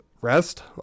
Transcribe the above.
rest